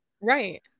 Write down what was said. right